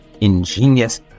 ingenious